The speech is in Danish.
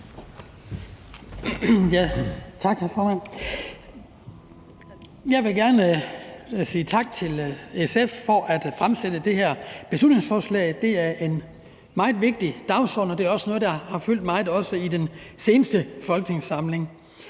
tak til SF for at fremsætte det her beslutningsforslag. Det er en meget vigtig dagsorden, og det er også noget, der har fyldt meget i den seneste folketingssamling.